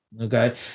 Okay